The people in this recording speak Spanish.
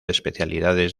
especialidades